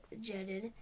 jetted